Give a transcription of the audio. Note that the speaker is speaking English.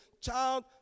child